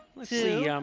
let's see?